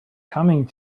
coming